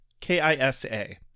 K-I-S-A